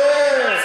יפה.